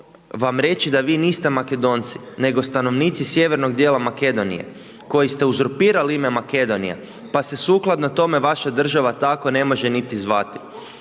vam reći da vi niste Makedonci nego stanovnici sjevernog dijela Makedonije koji ste uzurpirali ime Makedonija pa se sukladno tome vaša država tako ne može niti zvati.